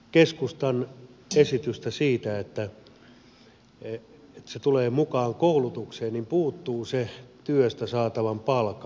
keskustan esityksestä siitä että se tulee mukaan koulutukseen puuttuu se työstä saatavan palkan elementti